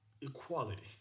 Equality